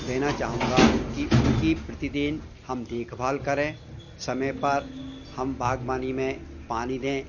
देना चाहूँगा कि उनकी प्रतिदिन हम देखभाल करें समय पर हम बाग़बानी में पानी दें